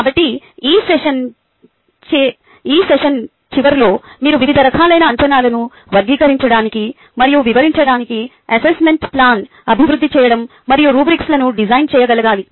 కాబట్టి ఈ సెషన్ చివరిలో మీరు వివిధ రకాలైన అంచనాలను వర్గీకరించడానికి మరియు వివరించడానికి అసెస్మెంట్ ప్లాన్ అభివృద్ధి చేయడం మరియు రుబ్రిక్లను డిజైన్ చేయగలగాలి